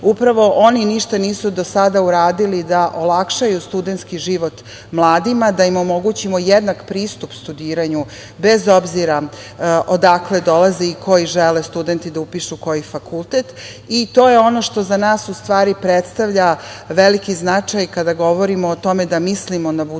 upravo oni ništa nisu do sada uradili da olakšaju studentski život mladima, da im omogućimo jednak pristup studiranju bez obzira odakle dolaze i koji žele studenti da upišu koji fakultet. To je ono što za nas u stvari predstavlja veliki značaj kada govorimo o tome da mislimo na budućnost